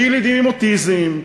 לילדים עם אוטיזם,